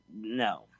No